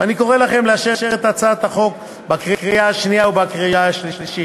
ואני קורא לכם לאשר את הצעת החוק בקריאה השנייה ובקריאה השלישית.